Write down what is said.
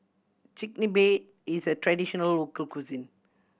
chigenabe is a traditional local cuisine